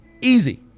Easy